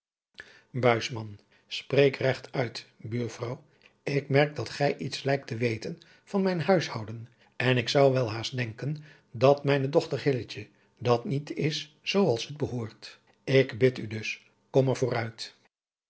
spreek regt uit buurvrouw ik merk dat gij iets lijkt te weten van mijn huishouden en ik zou welhaast denken van mijne dochter hilletje dat niet is zoo als het behoort ik bid u dus kom